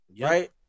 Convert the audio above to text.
right